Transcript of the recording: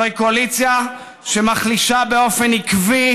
זוהי קואליציה שמחלישה באופן עקבי,